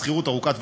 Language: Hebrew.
שכירות ארוכת טווח,